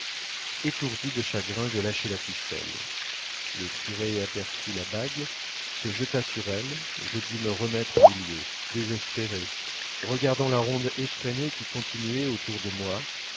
étourdi de chagrin je lâchai la ficelle le furet aperçut la bague se jeta sur elle je dus me remettre au milieu désespéré regardant la ronde effrénée qui continuait autour de moi